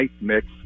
mix